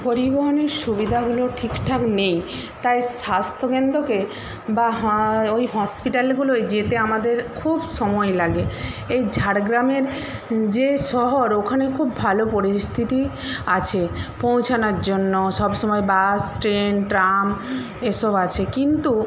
পরিবহনের সুবিধাগুলো ঠিকঠাক নেই তাই স্বাস্থ্যকেন্দ্রকে বা হাঁ ওই হসপিটালগুলোয় যেতে আমাদের খুব সময় লাগে এই ঝাড়গ্রামের যে শহর ওখানে খুব ভালো পরিস্থিতি আছে পৌঁছানোর জন্য সবসময় বাস ট্রেন ট্রাম এসব আছে কিন্তু